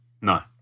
No